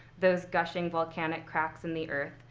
those gushing volcanic cracks in the earth,